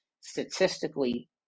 statistically